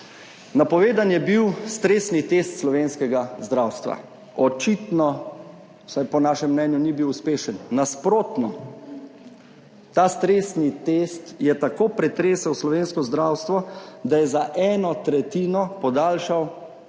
Napovedan je bil stresni test slovenskega zdravstva. Očitno, vsaj po našem mnenju ni bil uspešen, nasprotno, ta stresni test je tako pretresel slovensko zdravstvo, da je za eno tretjino podaljšal